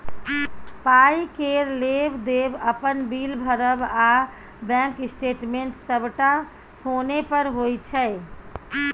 पाइ केर लेब देब, अपन बिल भरब आ बैंक स्टेटमेंट सबटा फोने पर होइ छै